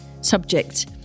subject